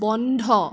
বন্ধ